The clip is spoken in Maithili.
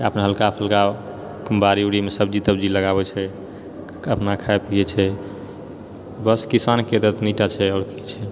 अपन हल्का फुल्का बाड़ी उड़ीमे सब्जी तब्जी लगाबै छै अपना खाए पियै छै बस किसानके तऽ अतनी टा छै आओर की छै